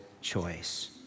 choice